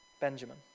Benjamin